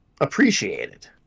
appreciated